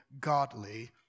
godly